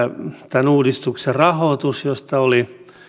tämän uudistuksen rahoitus josta